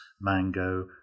mango